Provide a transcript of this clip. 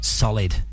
solid